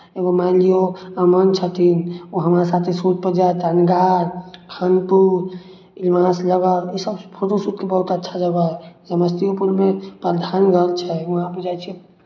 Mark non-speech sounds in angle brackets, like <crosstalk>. एगो मानि लियौ अमन छथिन ओ हमरा साथे शूटपर जाथि अंगार खानपुर <unintelligible> इसभ फोटो शूटके बहुत अच्छा जगह हइ समस्तियोपुरमे <unintelligible> वहाँ भी जाइ छियै